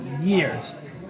years